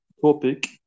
topic